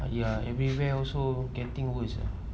!aiya! everywhere also getting worse ah